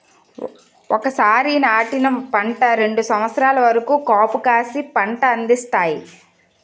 ఒకసారి నాటిన పంట రెండు సంవత్సరాల వరకు కాపుకాసి పంట అందిస్తాయి